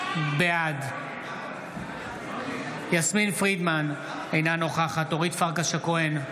בעד יסמין פרידמן, אינה נוכחת אורית פרקש הכהן,